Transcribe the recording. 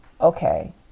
Okay